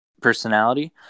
personality